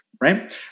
right